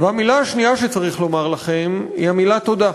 והמילה השנייה שצריך לומר לכם היא המילה "תודה".